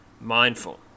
mindful